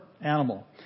animal